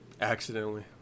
accidentally